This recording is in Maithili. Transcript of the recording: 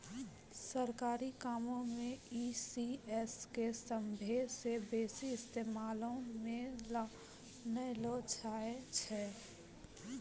सरकारी कामो मे ई.सी.एस के सभ्भे से बेसी इस्तेमालो मे लानलो जाय छै